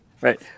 Right